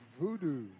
Voodoo